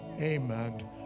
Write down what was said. amen